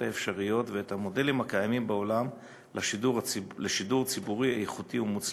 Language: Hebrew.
האפשריות ואת המודלים הקיימים בעולם לשידור ציבורי איכותי ומוצלח.